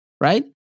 right